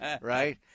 right